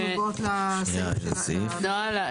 נעה,